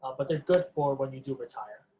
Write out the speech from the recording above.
but they're good for when you do retire.